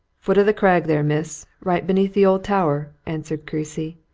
foot of the crag there, miss right beneath the old tower, answered creasy.